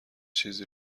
چیزی